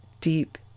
deep